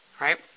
right